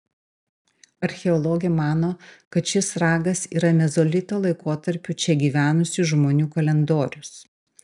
archeologė mano kad šis ragas yra mezolito laikotarpiu čia gyvenusių žmonių kalendorius